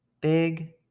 big